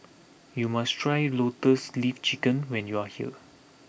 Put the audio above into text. you must try Lotus Leaf Chicken when you are here